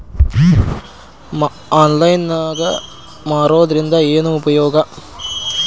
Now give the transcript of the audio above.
Online ನಾಗ್ ಮಾರೋದ್ರಿಂದ ಏನು ಉಪಯೋಗ?